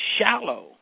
shallow